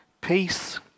peace